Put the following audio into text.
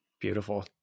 Beautiful